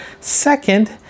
Second